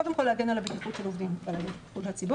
קודם כל להגן על הבטיחות של עובדים ועל הבטיחות של הציבור,